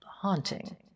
haunting